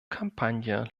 kampagne